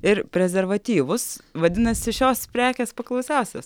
ir prezervatyvus vadinasi šios prekės paklausiausios